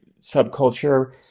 subculture